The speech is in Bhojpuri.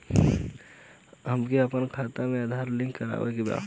हमके अपना खाता में आधार लिंक करावे के बा?